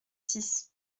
six